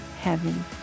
heaven